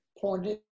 pointed